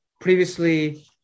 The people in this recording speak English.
previously